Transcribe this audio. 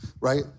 right